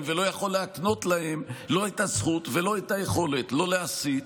ולא יכול להקנות להם לא את הזכות ולא את היכולת לא להסית,